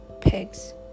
pigs